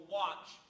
watch